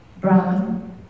Brahman